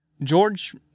George